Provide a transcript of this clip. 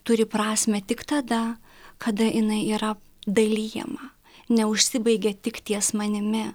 turi prasmę tik tada kada jinai yra dalijama neužsibaigia tik ties manimi